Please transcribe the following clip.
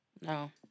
No